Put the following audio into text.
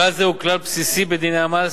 כלל זה הוא כלל בסיסי בדיני המס,